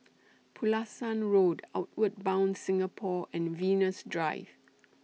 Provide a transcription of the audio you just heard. Pulasan Road Outward Bound Singapore and Venus Drive